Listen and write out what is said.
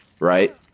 Right